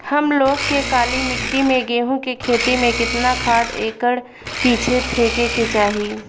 हम लोग के काली मिट्टी में गेहूँ के खेती में कितना खाद एकड़ पीछे फेके के चाही?